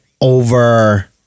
over